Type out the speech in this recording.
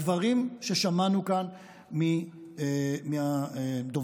הדברים ששמענו כאן מהדוברים,